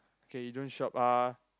okay you don't shop uh